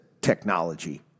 technology